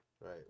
Right